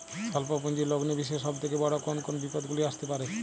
স্বল্প পুঁজির লগ্নি বিষয়ে সব থেকে বড় কোন কোন বিপদগুলি আসতে পারে?